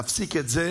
להפסיק את זה